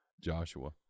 Joshua